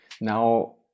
now